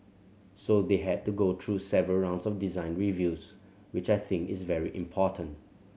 so they had to go through several rounds of design reviews which I think is very important